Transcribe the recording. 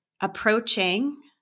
approaching